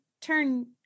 turn